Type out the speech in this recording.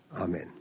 Amen